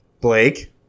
Blake